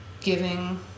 Giving